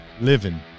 living